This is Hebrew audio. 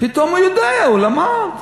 פתאום הוא יודע, הוא למד.